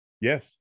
Yes